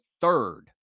third